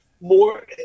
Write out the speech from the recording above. more